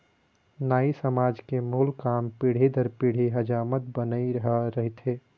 नाई समाज के मूल काम पीढ़ी दर पीढ़ी हजामत बनई ह रहिथे